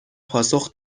پاسخ